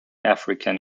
african